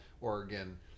Oregon